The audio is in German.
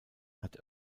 hat